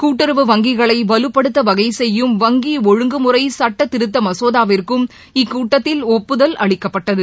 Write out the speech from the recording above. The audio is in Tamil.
கூட்டுறவு வங்கிகளை வலுப்படுத்த வகை செய்யும் வங்கி ஒழுங்குமுறை சுட்டதிருத்த மசோதாவிற்கும் இக்கூட்டத்தில் ஒப்புதல் அளிக்கப்பட்டது